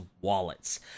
wallets